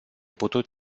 putut